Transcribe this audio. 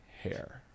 hair